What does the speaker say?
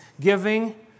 giving